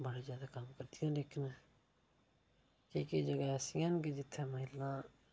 बड़ा ज्यादा कम्म करदियां लेकिन केईं केईं जगह् ऐसियां न कि जित्थें महिलां